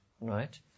right